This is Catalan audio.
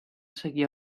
seguir